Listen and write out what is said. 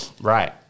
Right